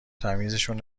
تمیزشون